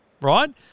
right